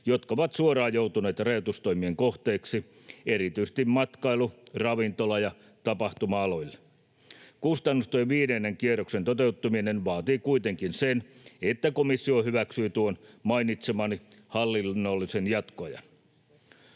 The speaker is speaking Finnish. jotka ovat suoraan joutuneet rajoitustoimien kohteeksi erityisesti matkailu-, ravintola- ja tapahtuma-aloilla. Kustannustuen viidennen kierroksen toteuttaminen vaatii kuitenkin sen, että komissio hyväksyy tuon mainitsemani hallinnollisen jatkoajan.